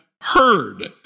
heard